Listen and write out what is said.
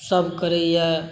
सभ करैए